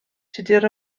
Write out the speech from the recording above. tudur